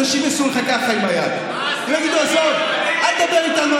אנשים יעשו לך ככה עם היד.